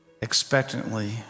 expectantly